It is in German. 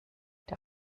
der